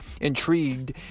intrigued